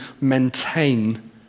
maintain